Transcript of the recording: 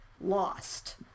Lost